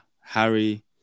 Harry